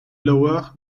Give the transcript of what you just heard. lower